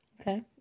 Okay